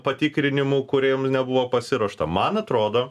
patikrinimų kuriem nebuvo pasiruošta man atrodo